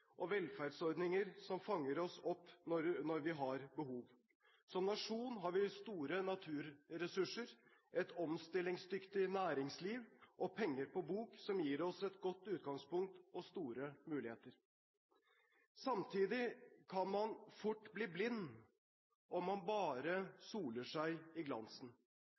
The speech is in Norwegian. og velferdsordninger som fanger oss opp når vi har behov. Som nasjon har vi store naturressurser, et omstillingsdyktig næringsliv og penger på bok, som gir oss et godt utgangspunkt og store muligheter. Samtidig kan man fort bli blind om man bare soler seg i glansen.